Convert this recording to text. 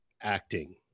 acting